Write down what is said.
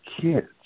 kids